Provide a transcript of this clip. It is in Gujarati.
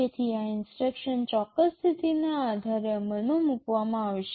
તેથી આ ઇન્સટ્રક્શન ચોક્કસ સ્થિતિના આધારે અમલમાં મૂકવામાં આવશે